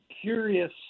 curious